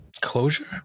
closure